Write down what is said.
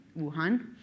Wuhan